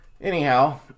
Anyhow